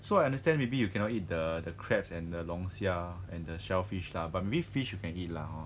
so I understand maybe you cannot eat the crabs and the 龙虾 and the shellfish lah but maybe fish you can eat lah hor